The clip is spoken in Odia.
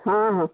ହଁ ହଁ